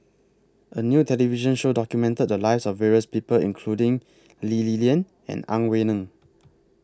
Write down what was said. A New television Show documented The Lives of various People including Lee Li Lian and Ang Wei Neng